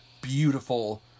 beautiful